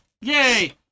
Yay